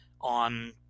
on